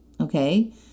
okay